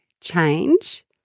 change